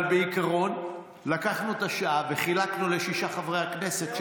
אבל בעיקרון לקחנו את השעה וחילקנו לשישה חברי הכנסת,